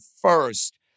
first